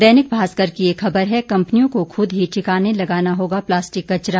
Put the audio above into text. दैनिक भास्कर की एक खबर है कम्पनियों को खूद ही ठिकाने लगाना होगा प्लास्टिक कचरा